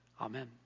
Amen